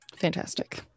Fantastic